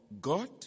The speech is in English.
God